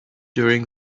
during